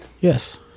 Yes